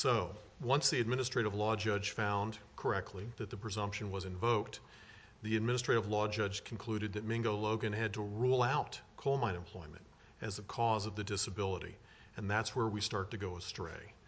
so once the administrative law judge found correctly that the presumption was invoked the administrative law judge concluded that mingle logan had to rule out coal mine employment as a cause of the disability and that's where we start to go astray